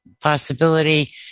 possibility